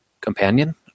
companion